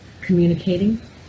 communicating